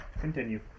Continue